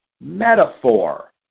metaphor